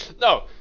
No